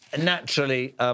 naturally